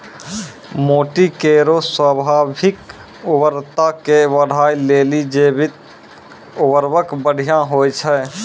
माटी केरो स्वाभाविक उर्वरता के बढ़ाय लेलि जैविक उर्वरक बढ़िया होय छै